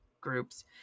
groups